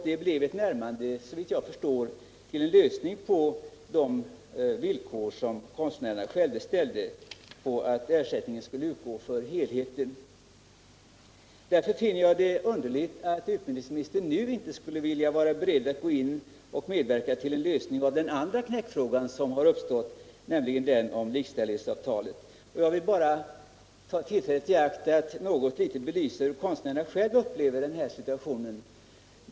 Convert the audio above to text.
Det blev ett närmande till en lösning av frågan om de villkor som konstnärerna ställde på att ersättningen skulle utgå för helheten. Därför finner jag det underligt att utbildningsministern nu inte är beredd att medverka till en lösning av den andra knäckfrågan som uppstått, nämligen den om likställighetsavtalet. Jag vill ta tillfället i akt att belysa hur konstnärerna själva upplever situationen.